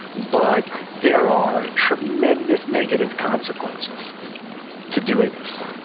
but there are tremendous negative consequences to doing this